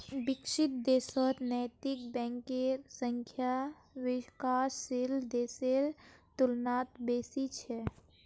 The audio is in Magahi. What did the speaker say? विकसित देशत नैतिक बैंकेर संख्या विकासशील देशेर तुलनात बेसी छेक